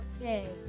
Okay